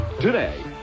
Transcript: Today